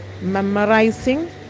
memorizing